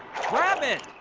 grab it